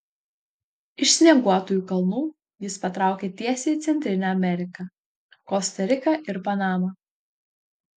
iš snieguotųjų kalnų jis patraukė tiesiai į centrinę ameriką kosta riką ir panamą